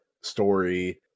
story